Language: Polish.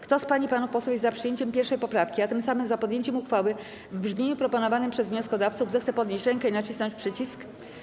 Kto z pań i panów posłów jest za przyjęciem 1. poprawki, a tym samym za podjęciem uchwały w brzmieniu proponowanym przez wnioskodawców, zechce podnieść rękę i nacisnąć przycisk.